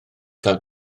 gael